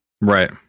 Right